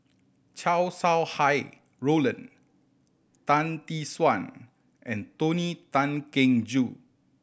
Chow Sau Hai Roland Tan Tee Suan and Tony Tan Keng Joo